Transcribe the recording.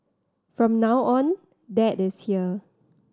from now on dad is here